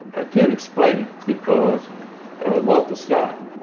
ah can't explain it because walter scott